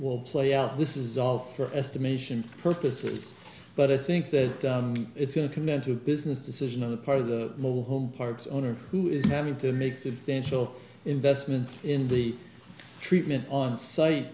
will play out this is all for estimation purposes but i think that it's going to connect to a business decision on the part of the mobile home parks owner who is having to make substantial investments in the treatment on site